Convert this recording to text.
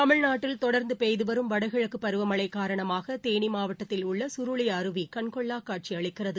தமிழ்நாட்டில் தொடர்ந்து பெய்து வரும் வடகிழக்குப் பருவமழை காரணமாக தேனி மாவட்டத்தில் உள்ள சுருளி அருவி கண்கொள்ளாக் காட்சி அளிக்கிறது